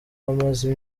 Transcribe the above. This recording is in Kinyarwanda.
amaze